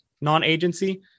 non-agency